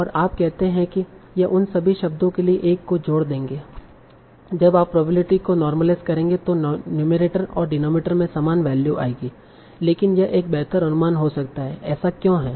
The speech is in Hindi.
और आप कहते हैं कि यह उन सभी शब्दों के लिए एक को जोड़ देगे जब आप प्रोबेबिलिटी को नोरमलाइज करेंगे तों नुमेरटर और डिनोमिनेटर में समान वैल्यू आएगी लेकिन यह एक बेहतर अनुमान हो सकता है ऐसा क्यों है